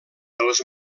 els